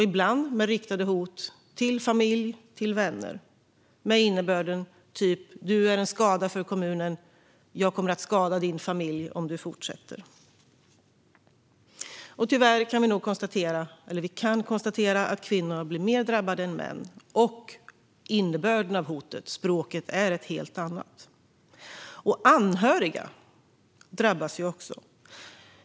Ibland innehåller de hot riktade mot familj och vänner, där innebörden är ungefär: Du är en skada för kommunen, och jag kommer att skada din familj om du fortsätter. Tyvärr kan vi konstatera att kvinnor blir mer drabbade än män och att innebörden i hoten mot dem är en helt annan, liksom språket. Även anhöriga drabbas.